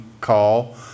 call